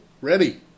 Ready